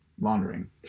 Laundering